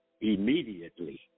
immediately